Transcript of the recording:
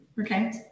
okay